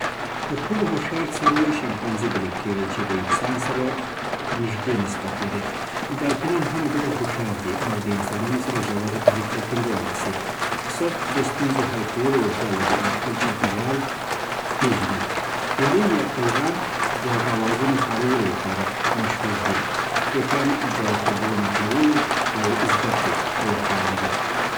تر ټولو هوښیار څاروی شامپانزی بلل کېږي چې د انسان سره نږدې نسبت لري. ډالفينان هم ډېر هوښیار دي او د انسانانو سره ژوره اړیکه ټينګولی سي. پسه د ستونزو حل کولو وړتیا لري او خپل چاپېریال پېژني هیلې یا کلغان د اوزارونو کارولو لپاره مشهوره دي.